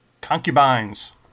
Concubines